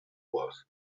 was